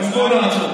בלי אבל.